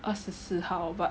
二十四号 but